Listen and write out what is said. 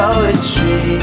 poetry